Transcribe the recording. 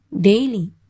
daily